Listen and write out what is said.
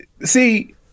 see